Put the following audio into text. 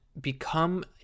become